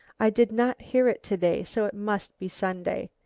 i did not hear it to-day, so it must be sunday.